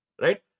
Right